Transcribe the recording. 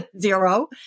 zero